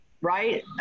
right